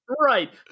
Right